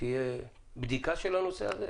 תהיה בדיקה של הנושא הזה?